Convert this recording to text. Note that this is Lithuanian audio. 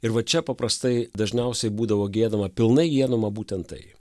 ir va čia paprastai dažniausiai būdavo giedama pilnai giedama būtent tai